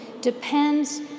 depends